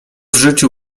życiu